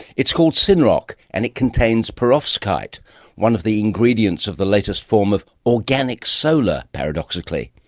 it's called synroc and it contains perovskite one of the ingredients of the latest form of organic solar, paradoxically.